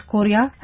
Korea